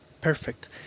perfect